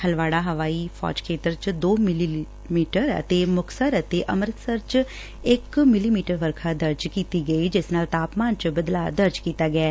ਹਲਵਾੜਾ ਹਵਾਈ ਫੌਜ ਖੇਤਰ ਚ ਦੋ ਮਿਲੀਮੀਟਰ ਅਤੇ ਮੁਕਤਸਰ ਅਤੇ ਅੰਮ੍ਰਿਤਸਰ ਚ ਇਕ ਮਿਲੀਮੀਟਰ ਵਰਖਾ ਦਰਜ ਕੀਤੀ ਗਈ ਜਿਸ ਨਾਲ ਤਾਪਮਾਨ ਚ ਬਦਲਾਅ ਦਰਜ ਕੀਤਾ ਗਿਐ